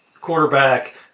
quarterback